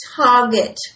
target